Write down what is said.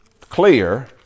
clear